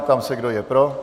Ptám se, kdo je pro.